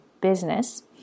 business